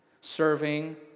Serving